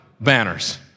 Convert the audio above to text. banners